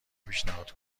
پیشنهاد